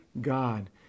God